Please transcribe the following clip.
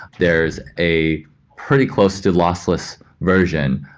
there's a pretty close to lossless version,